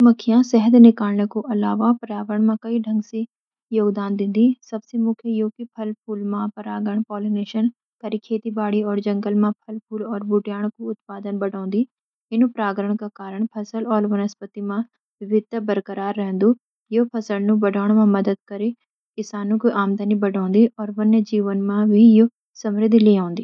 मधुमक्खियाँ शहद निकालण्या कु अलावा पर्यावरण मा कई ढंग ले योगदान दिन्दि। सबसें मुख्य यो कि यो फूल-फूल मा परागण (पॉलिनेशन) करि खेत-बाड़ी और जंगल मा फळ, फूल और बूट्यांण कु उत्पादन बढ़ाउँदि। इनुं परागण कै कारण फसल और वनस्पति मा विविधता बरकरार रहन्दु। यो फसळाँनुं बढ़ायें मा मद्दत करि किसान्युं कुं आमदनी बढ़ाउँदि, और वन्यजीवन मा भी यो समृद्धि ले आऊंदी।